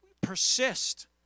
persist